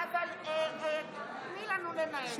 אולי, (קוראת בשם חבר הכנסת) שמחה רוטמן,